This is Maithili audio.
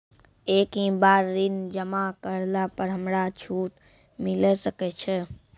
एक ही बार ऋण जमा करला पर हमरा छूट मिले सकय छै?